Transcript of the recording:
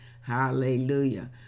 hallelujah